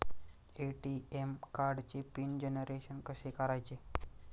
ATM कार्डचे pin generation कसे करायचे?